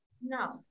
No